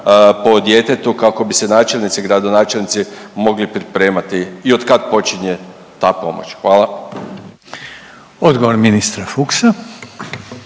po djetetu kako bi se načelnici i gradonačelnici mogli pripremati i otkad počinje ta pomoć? Hvala. **Jandroković, Gordan